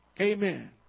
Amen